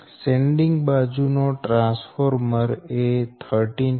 sending બાજુ નો transformer એ 13